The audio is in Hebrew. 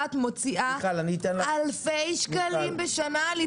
ממוצעת מוציאה על איפור אלפי שקלים בשנה.